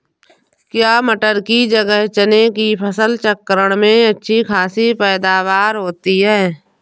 क्या मटर की जगह चने की फसल चक्रण में अच्छी खासी पैदावार होती है?